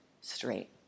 straight